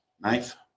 knife